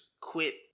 quit